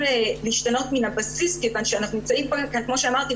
להשתנות מן הבסיס כיוון שאנחנו נמצאים כמו שאמרתי,